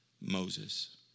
Moses